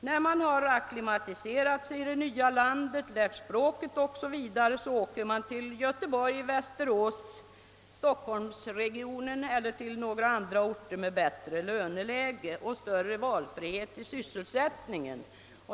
När man har acklimatiserat sig i det nya landet, lärt sig språket o. s. v., åker man till Göteborg, Västerås, stockholmsregionen eller andra orter med bättre löneläge och större valfrihet i fråga om sysselsättning.